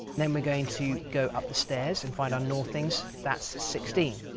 then we're going to go up the stairs and find our northings that's sixteen.